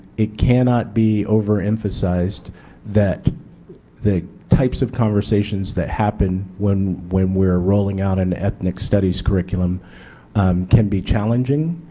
it cannot be over emphasized that the types of conversations that happen when when we are rolling out in ethnic studies curriculum can be challenging,